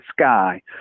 sky